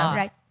right